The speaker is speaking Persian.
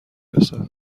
رسد